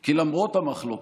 כי למרות המחלוקות,